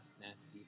nasty